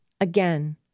again